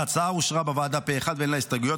ההצעה אושרה בוועדה פה אחד ואין לה הסתייגויות.